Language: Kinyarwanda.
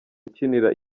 ukinira